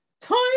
time